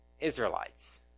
Israelites